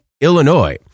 Illinois